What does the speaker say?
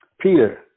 Peter